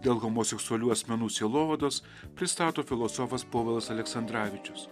dėl homoseksualių asmenų sielovados pristato filosofas povilas aleksandravičius